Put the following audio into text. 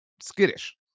skittish